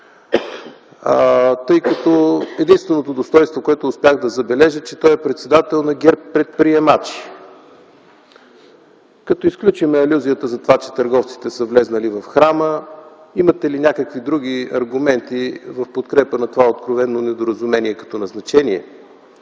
тъй като единственото достойнство, което успях да забележа, е, че той е председател на ГЕРБ Предприемачи. Като изключим алюзията за това, че търговците са влезли в храма, имате ли някакви други аргументи в подкрепа на това откровено недоразумение като назначение?